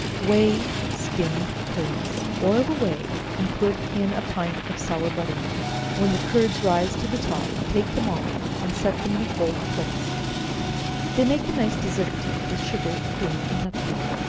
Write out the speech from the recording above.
whey skim curds. boil the whey, and put in a pint of sour butter-milk when the curds rise to the top take them off, and set them in a cold place they make a nice dessert to eat with sugar, cream and nutmeg.